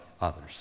others